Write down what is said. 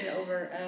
over